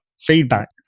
feedback